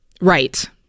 Right